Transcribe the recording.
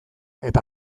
eta